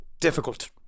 difficult